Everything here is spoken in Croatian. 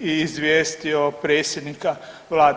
i izvijestio predsjednika vlade.